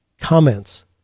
comments